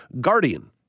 Guardian